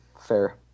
fair